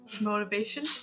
Motivation